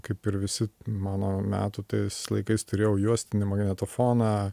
kaip ir visi mano metų tais laikais turėjau juostinį magnetofoną